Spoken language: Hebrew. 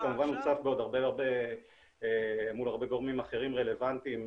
הוצף מול הרבה גורמים אחרים רלוונטיים,